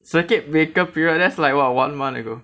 circuit breaker period that's like what one month ago